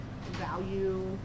value